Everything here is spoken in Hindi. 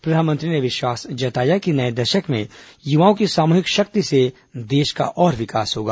प्रधानमंत्री ने विश्वास व्यक्त किया कि नए दशक में युवाओं की सामूहिक शक्ति से देश का और विकास होगा